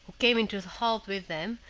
came into the hall with them,